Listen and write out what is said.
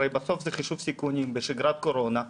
הרי בסוף זה חישוב סיכונים בשגרת קורונה.